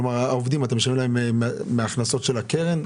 כלומר, לעובדים אתה משלם מההכנסות של הקרן?